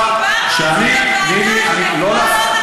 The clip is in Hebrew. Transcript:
הרי דיברנו על זה בוועדה, שזה לא נכון,